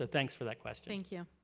ah thanks for that question. thank you.